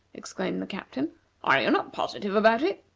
exclaimed the captain are you not positive about it?